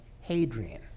Hadrian